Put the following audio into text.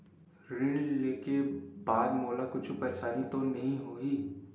ऋण लेके बाद मोला कुछु परेशानी तो नहीं होही?